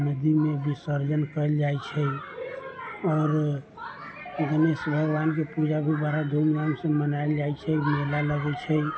नदीमे विसर्जन कयल जाइ छै आओर गणेश भगवानके पूजा भी बड़ा धूमधामसँ मनायल जाइ छै मेला लगै छै